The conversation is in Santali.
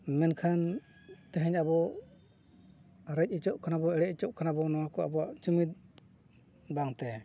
ᱢᱮᱱᱠᱷᱟᱱ ᱛᱮᱦᱮᱧ ᱟᱵᱚ ᱨᱮᱡ ᱦᱚᱪᱚᱜ ᱠᱟᱱᱟ ᱵᱚᱱ ᱮᱲᱮ ᱦᱚᱪᱚᱜ ᱠᱟᱱᱟ ᱵᱚᱱ ᱱᱚᱣᱟ ᱠᱚ ᱟᱵᱚᱣᱟᱜ ᱡᱩᱢᱤᱫ ᱵᱟᱝ ᱛᱮ